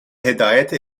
هدایت